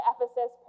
Ephesus